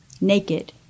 naked